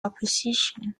opposition